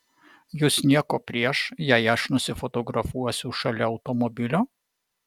jus nieko prieš jei aš nusifotografuosiu šalia automobilio